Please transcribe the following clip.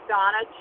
Donna